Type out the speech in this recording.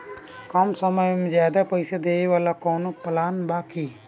कम समय में ज्यादा पइसा देवे वाला कवनो प्लान बा की?